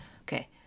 Okay